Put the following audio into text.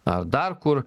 ar dar kur